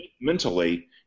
Mentally